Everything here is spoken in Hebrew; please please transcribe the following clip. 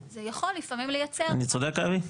זה יכול לפעמים לייצר --- אני צודק, אבי?